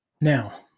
Now